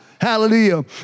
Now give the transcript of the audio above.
Hallelujah